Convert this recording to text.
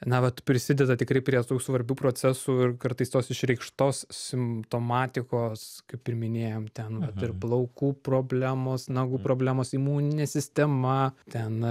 na vat prisideda tikrai prie tų svarbių procesų ir kartais tos išreikštos simptomatikos kaip ir minėjom ten ir plaukų problemos nagų problemos imuninė sistema ten